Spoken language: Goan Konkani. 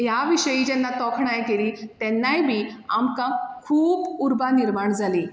ह्या विशयी जेन्ना तोखणाय केली तेन्नाय बी आमकां खूब उर्बा निर्माण जाली